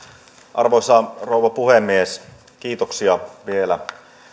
arvoisa rouva puhemies kiitoksia vielä